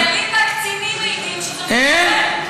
חיילים וקצינים מעידים שזה מתפורר.